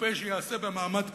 לעשות במעמד כזה.